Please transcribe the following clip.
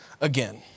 again